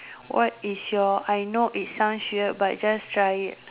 what is your I know it sounds weird but just try it